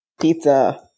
pizza